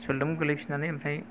जुलदुम गोलैफिननानै ओमफ्राय